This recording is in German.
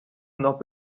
noch